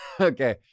okay